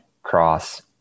Cross